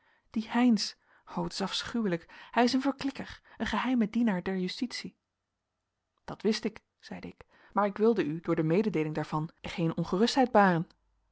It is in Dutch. die heynsz o t is afschuwelijk hij is een verklikker een geheime dienaar der justitie dat wist ik zeide ik maar ik wilde u door de mededeeling daarvan geene ongerustheid baren